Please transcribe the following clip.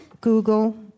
Google